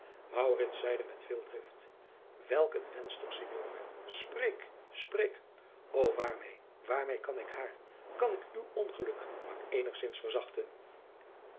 met veel drift welk een wensch toch signore spreek spreek adriaan loosjes pzn het leven van maurits lijnslager o waarmeê waarmeê kan ik haar kan ik uw ongeluk maar eenigzins verzachten